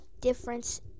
difference